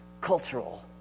Cultural